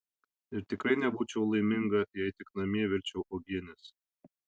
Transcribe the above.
ir tikrai nebūčiau laiminga jei tik namie virčiau uogienes